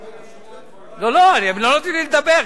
גפני, לא, לא, הם לא נותנים לי לדבר.